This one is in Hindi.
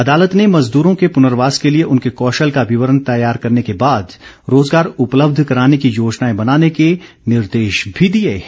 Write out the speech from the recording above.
अदालत ने मजदूरों के पुनर्वास के लिए उनके कौशल का विवरण तैयार करने के बाद रोजगार उपलब्ध कराने की योजनाएं बनाने के निर्देश भी दिए हैं